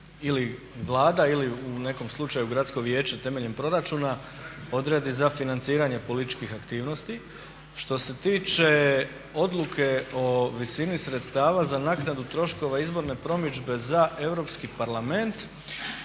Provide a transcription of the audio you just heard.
ili Vlada ili u nekom slučaju gradsko vijeće temeljem proračuna odredi za financiranje političkih aktivnosti. Što se tiče odluke o visini sredstava za naknadu troškova izborne promidžbe za Europski parlament